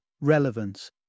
relevance